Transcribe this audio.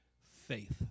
faith